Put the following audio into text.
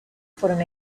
fueron